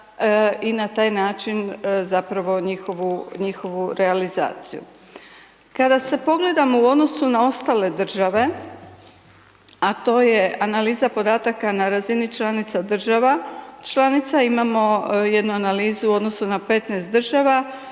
i na taj način zapravo njihovu, njihovu realizaciju. Kada se pogledamo o odnosu na ostale države, a to je analiza podataka na razini članica država, članica imamo jednu analizu u odnosu na 15 država,